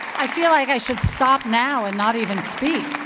i feel like i should stop now and not even speak.